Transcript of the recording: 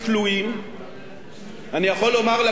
אני יכול לומר לכנסת שבשמונה השנים האחרונות,